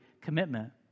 commitment